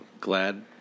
glad